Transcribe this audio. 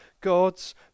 God's